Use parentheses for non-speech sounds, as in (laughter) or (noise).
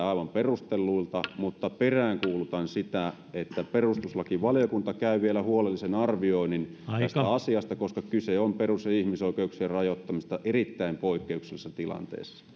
(unintelligible) aivan perustelluilta mutta peräänkuulutan sitä että perustuslakivaliokunta käy vielä huolellisen arvioinnin tästä asiasta koska kyse on perus ja ihmisoikeuksien rajoittamisesta erittäin poikkeuksellisessa tilanteessa